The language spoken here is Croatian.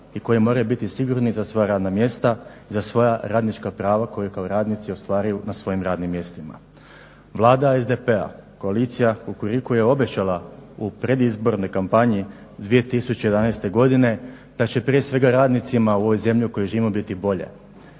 i koji moraju biti sigurni za svoja radna mjesta, za svoja radnička prava koja kao radnici ostvaruju na svojim radnim mjestima. Vlada SDP-a, koalicija Kukuriku je obećala u predizbornoj kampanji 2011. godine da će prije svega radnicima u ovoj zemlji u kojoj živimo biti bolje.